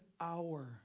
hour